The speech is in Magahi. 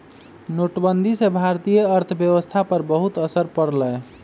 नोटबंदी से भारतीय अर्थव्यवस्था पर बहुत असर पड़ लय